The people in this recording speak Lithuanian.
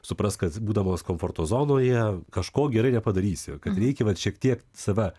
suprask kad būdamas komforto zonoje kažko gerai nepadarysi kad reikia vat šiek tiek save